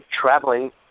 traveling